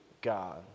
God